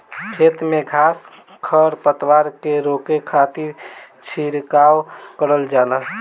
खेत में घास खर पतवार के रोके खातिर छिड़काव करल जाला